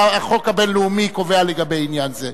והחוק הבין-לאומי קובע לגבי עניין זה.